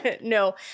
No